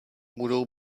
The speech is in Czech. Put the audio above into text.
budou